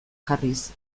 jarriz